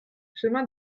chemin